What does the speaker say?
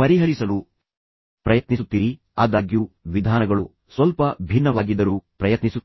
ಪರಿಹರಿಸಲು ಪ್ರಯತ್ನಿಸುತ್ತೀರಿ ಆದಾಗ್ಯೂ ವಿಧಾನಗಳು ಸ್ವಲ್ಪ ಭಿನ್ನವಾಗಿದ್ದರು ಪ್ರಯತ್ನಿಸುತ್ತೀರಿ